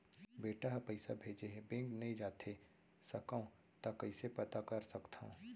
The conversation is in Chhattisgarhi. बेटा ह पइसा भेजे हे बैंक नई जाथे सकंव त कइसे पता कर सकथव?